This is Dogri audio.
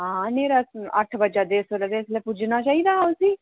हां न्हेरा अट्ठ बज्जा दे इसलै ते पुज्जना चाहिदा हा उस्सी